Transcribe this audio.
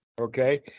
Okay